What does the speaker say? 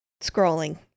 scrolling